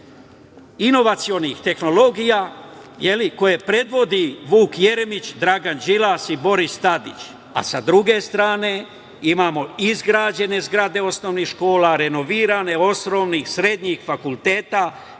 inovacionih tehnologija, koje predvodi Vuk Jeremić, Dragan Đilas i Boris Tadić, a s druge strane imamo izgrađene zgrade osnovnih škola, renovirane, osnovnih i srednjih, fakulteta,